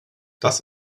das